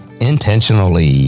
intentionally